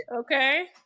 Okay